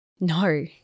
No